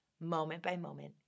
moment-by-moment